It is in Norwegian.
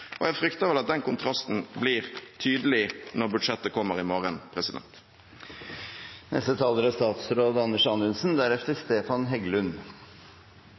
Jeg frykter vel at den kontrasten blir tydelig når budsjettet kommer i morgen.